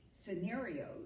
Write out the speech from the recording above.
scenarios